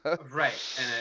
Right